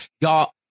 y'all